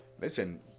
listen